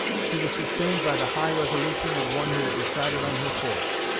she was sustained by the high resolution of one who had decided on her course,